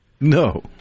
No